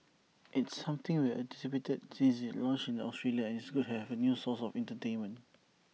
it's something we anticipated since IT launched in Australia and it's good to have A new source of entertainment